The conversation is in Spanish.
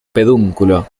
pedúnculo